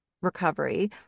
recovery